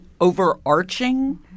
overarching